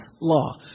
law